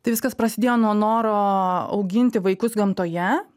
tai viskas prasidėjo nuo noro auginti vaikus gamtoje